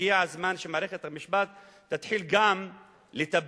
הגיע הזמן שמערכת המשפט תתחיל גם לטפל